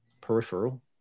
peripheral